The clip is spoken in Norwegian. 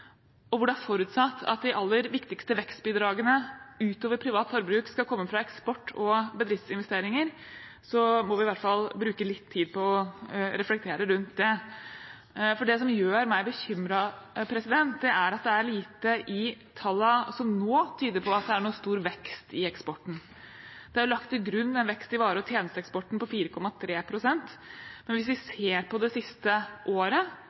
og hvor det er forutsatt at de aller viktigste vekstbidragene utover privat forbruk skal komme fra eksport og bedriftsinvesteringer, må vi i hvert fall bruke litt tid på å reflektere rundt det. Det som gjør meg bekymret, er at det er lite i tallene som nå tyder på at det er noen stor vekst i eksporten. Det er lagt til grunn en vekst i vare- og tjenesteeksporten på 4,3 pst. Men hvis vi ser på det siste året